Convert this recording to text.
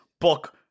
book